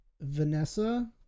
Vanessa